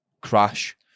crash